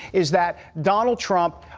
is that donald trump,